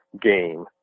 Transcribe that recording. game